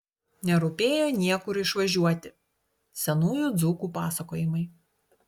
nerūpėjo niekur išvažiuoti senųjų dzūkų pasakojimai